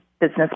business